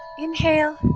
inhale.